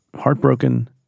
heartbroken